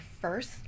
first